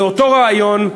באותו ריאיון,